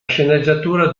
sceneggiatura